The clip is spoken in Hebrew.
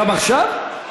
גם עכשיו?